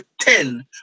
ten